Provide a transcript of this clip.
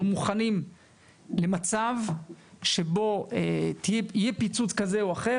מוכנים למצב שבו יהיה פיצוץ כזה או אחר,